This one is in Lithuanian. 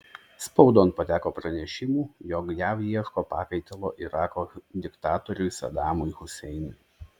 spaudon pateko pranešimų jog jav ieško pakaitalo irako diktatoriui sadamui huseinui